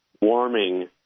warming